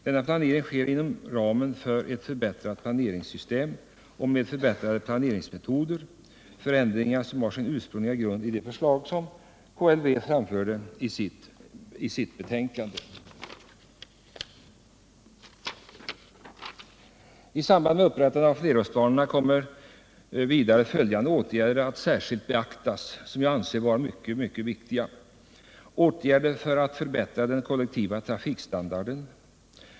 Denna planering sker inom ramen för ett förbättrat planeringssystem och med förbättrade planeringsmetoder — förändringar som har sin ursprungliga grund i de förslag som KLV framförde i sitt betänkande. I samband med upprättandet av flerårsplanerna kommer följande åtgärder, som jag anser vara mycket viktiga, att särskilt beaktas.